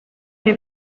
ere